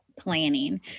planning